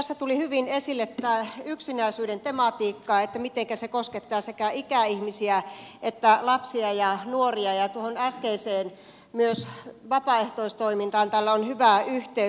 tässä tuli hyvin esille tämä yksinäisyyden tematiikka että mitenkä se koskettaa sekä ikäihmisiä että lapsia ja nuoria ja myös tuohon äskeiseen puheenaiheeseen vapaaehtoistoimintaan tällä on hyvä yhteys